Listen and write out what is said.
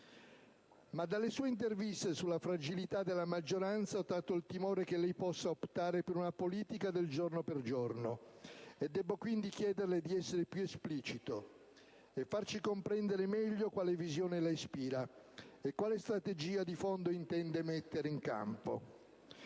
Ma dalle sue interviste sulla fragilità della maggioranza ho tratto il timore che lei possa optare per una politica del giorno per giorno. Debbo, quindi, chiederle d'essere più esplicito e farci comprendere meglio quale visione la ispira e quale strategia di fondo intende mettere in atto.